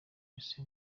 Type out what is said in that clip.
ese